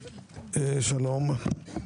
שלום.